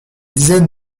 dizaines